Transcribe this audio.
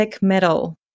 metal